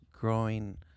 growing